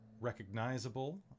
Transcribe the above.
recognizable